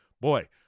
Boy